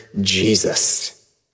Jesus